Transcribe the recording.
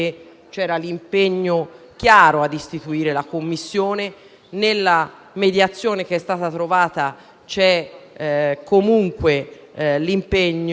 c'era l'impegno chiaro a istituire la Commissione. Nella mediazione che è stata trovata c'è comunque l'impegno